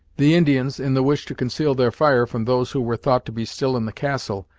the indians, in the wish to conceal their fire from those who were thought to be still in the castle,